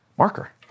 Marker